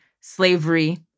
slavery